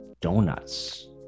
donuts